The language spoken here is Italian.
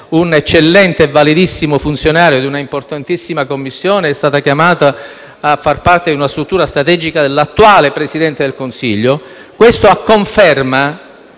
un eccellente, validissimo funzionario di un'importantissima Commissione è stato chiamato a far parte di una struttura strategica dell'attuale Presidente del Consiglio - a conferma,